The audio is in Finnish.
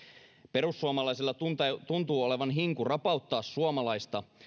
perussuomalaisilla tuntuu tuntuu olevan hinku rapauttaa suomalaista